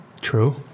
True